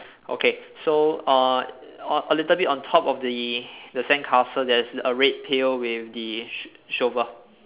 okay so uh all a little bit on top of the the sandcastle there's a red pail with the sh~ shovel